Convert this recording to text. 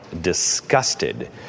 disgusted